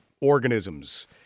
organisms